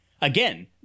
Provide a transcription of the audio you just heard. again